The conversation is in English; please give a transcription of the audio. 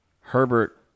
Herbert